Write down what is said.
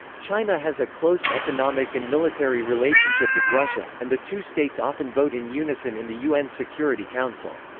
china has a close economic and military relationship with russia, and the two states often vote in unison in the un security council.